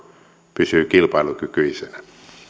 pysyy kilpailukykyisenä